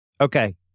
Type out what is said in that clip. Okay